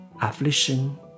affliction